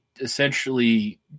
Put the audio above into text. essentially